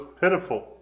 pitiful